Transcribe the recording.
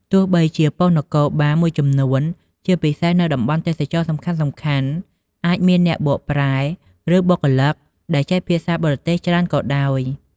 ទោះបីជានៅប៉ុស្តិ៍នគរបាលមួយចំនួន ជាពិសេសនៅតំបន់ទេសចរណ៍សំខាន់ៗ អាចមានអ្នកបកប្រែ ឬបុគ្គលិកដែលចេះភាសាបរទេសច្រើនក៏ដោយ។